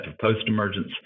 post-emergence